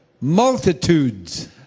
multitudes